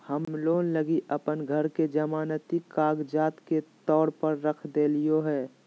हम लोन लगी अप्पन घर के जमानती कागजात के तौर पर रख देलिओ हें